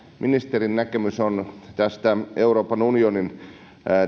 ministerin näkemys on tästä euroopan unionin